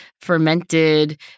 fermented